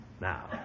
Now